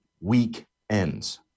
weekends